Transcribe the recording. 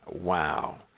Wow